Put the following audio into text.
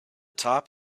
top